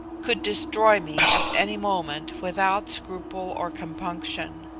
could destroy me at any moment without scruple or compunction.